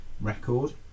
record